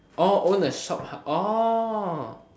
orh own a shophouse orh